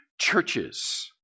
churches